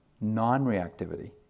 non-reactivity